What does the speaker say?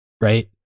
right